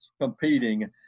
competing